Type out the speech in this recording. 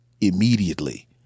immediately